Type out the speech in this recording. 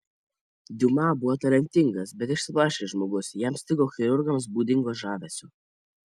diuma buvo talentingas bet išsiblaškęs žmogus jam stigo chirurgams būdingo žavesio